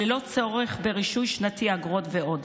ללא צורך ברישוי שנתי, אגרות ועוד.